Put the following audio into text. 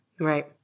Right